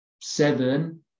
seven